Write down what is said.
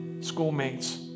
schoolmates